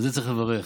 על זה צריך לברך.